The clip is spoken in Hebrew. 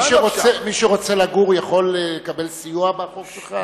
יכול להיות שאני טועה ומישהו חושב אחרת בבדיקות חדשות כאלה ואחרות.